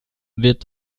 wird